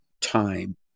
time